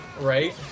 Right